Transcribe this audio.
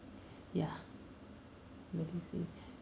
ya MediSave